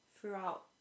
throughout